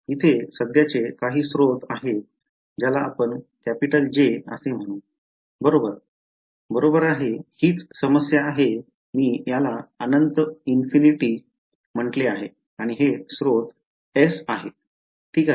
येथे सध्याचे काही स्रोत आहे ज्याला आपण J असे म्हणू बरोबर आहे हीच समस्या आहे मी याला अनंत म्हटले आहे आणि हे स्त्रोत s आहे ठीक आहे